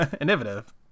Innovative